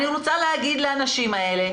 אני רוצה להגיד לאנשים האלה,